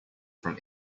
from